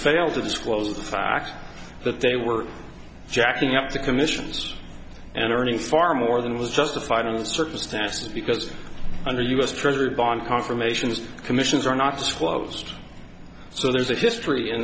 failed to disclose the fact that they were jacking up the commissions and earning far more than was justified on the surface passage because under u s treasury bond confirmations commissions are not disclosed so there's a history